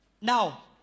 Now